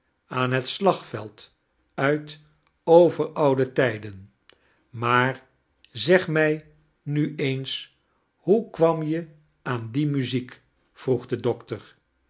aan het slagveld uit overoude tijden maar zeg mij nu eems hoe kwam je aan die muziek vroeg de doctor